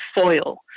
foil